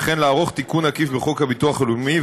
וכן לערוך תיקון עקיף בחוק הביטוח הלאומי,